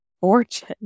fortune